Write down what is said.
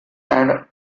and